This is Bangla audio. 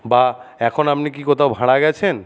বা এখন আপনি কি কোথাও ভাড়া গেছেন